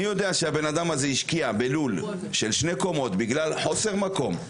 אני יודע שהאדם הזה השקיע בלול של שתי קומות בגלל חוסר מקום.